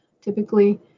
typically